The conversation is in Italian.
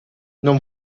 non